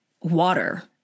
water